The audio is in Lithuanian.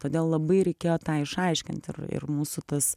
todėl labai reikėjo tą išaiškint ir ir mūsų tas